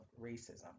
racism